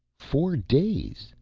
four days.